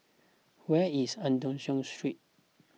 where is Eu Tong Sen Street